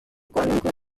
qualunque